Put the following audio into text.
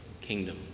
kingdom